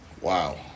Wow